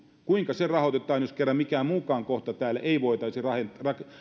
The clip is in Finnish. kuinka se rahoitetaan jos kerran mitään muutakaan kohtaa täällä ei voitaisi